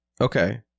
Okay